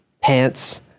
pants